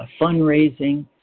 fundraising